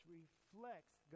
reflects